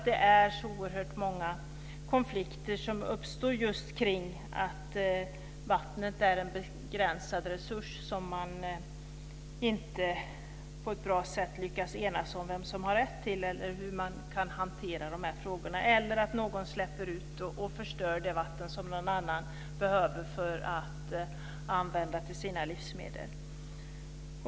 Det är oerhört många konflikter som just uppstår av att vattnet är en begränsad resurs, av att man inte på ett bra sätt har lyckats enas om vem som har rätt till eller kan hantera de här frågorna eller av att någon släpper ut och förstör det vatten som någon annan behöver använda till sina livsmedel.